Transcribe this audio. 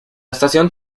estación